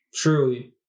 Truly